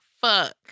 fuck